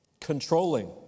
controlling